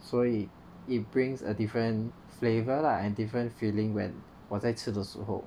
所以 it brings a different flavour lah and different feeling when 我在吃的时候